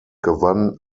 gewann